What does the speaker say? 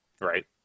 Right